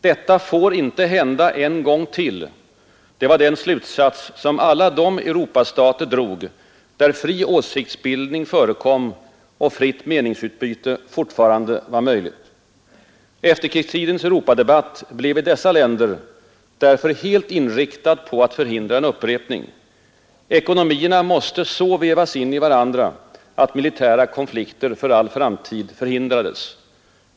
Detta får inte hända en gång till — det var den slutsats som alla de Europastater drog där fri åsiktsbildning förekom och fritt meningsutbyte fortfarande var möjligt. Efterkrigstidens Europadebatt blev i dessa länder därför helt inriktad på att förhindra en upprepning. Ekonomierna måste så vävas in i varandra, att militära konflikter för all framtid förhindrades.